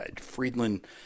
Friedland